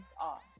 off